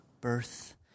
birth